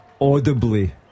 audibly